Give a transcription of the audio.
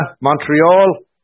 Montreal